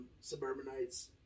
suburbanites